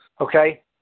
Okay